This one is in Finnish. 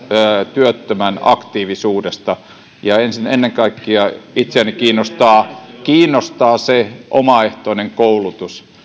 työttömän aktiivisuudesta ennen kaikkea itseäni kiinnostaa kiinnostaa se omaehtoinen koulutus